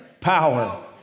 Power